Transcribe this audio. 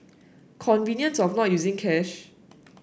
convenience of not using cash